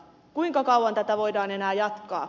kuinka kauan tätä voidaan enää jatkaa